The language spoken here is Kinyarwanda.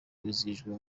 wizihirijwe